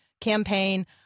campaign